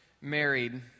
married